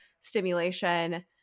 stimulation